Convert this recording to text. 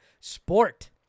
sport